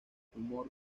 humor